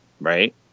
right